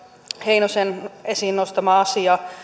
heinosen esiin nostama asia